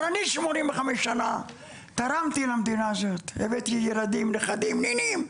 אבל אני 85 שנה תרמתי למדינה הזאת והבאתי בה ילדים ונכדים ונינים,